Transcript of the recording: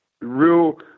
real